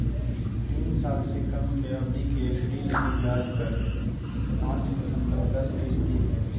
तीन साल से कम के अवधि के एफ.डी लगी ब्याज दर पांच दशमलब दस फीसदी हइ